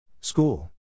School